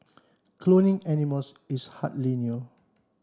cloning animals is hardly new